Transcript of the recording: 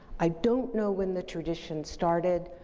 i don't know when the tradition started,